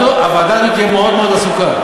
והוועדה הזאת תהיה מאוד מאוד עסוקה,